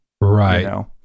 Right